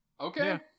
Okay